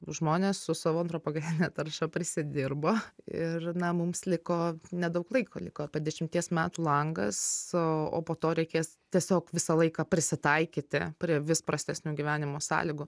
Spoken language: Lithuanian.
žmonės su savo antropogeninė tarša prisidirbo ir na mums liko nedaug laiko liko apie dešimties metų langas o po to reikės tiesiog visą laiką prisitaikyti prie vis prastesnių gyvenimo sąlygų